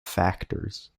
factors